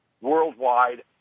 worldwide